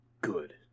Good